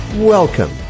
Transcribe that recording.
Welcome